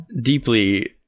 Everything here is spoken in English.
deeply